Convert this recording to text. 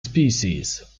species